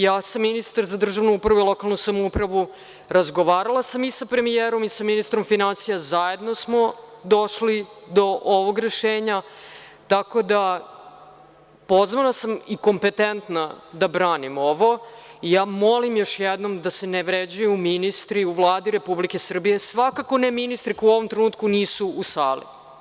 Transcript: Ja sam ministar za državnu upravu i lokalnu samoupravu, razgovarala i sa premijerom i sa ministrom finansija, zajedno smo došli do ovog rešenja, tako da, pozvana sam i kompetentna da branim ovo, molim još jednom da se ne vređaju ministri u Vladi Republike Srbije, svakako ne ministri koji u ovom trenutku nisu u sali.